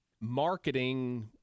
marketing